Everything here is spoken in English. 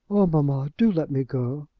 mamma, do let me go.